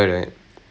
uh ya